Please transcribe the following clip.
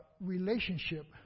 relationship